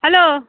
hello